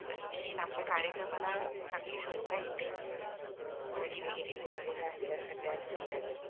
आणखी आपल्या कार्यक्रमाला चांगली शोभा येते साडी वगैरे नेसलेल्या असल्या सगळ्या स्त्रिया की